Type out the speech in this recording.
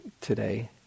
today